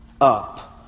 up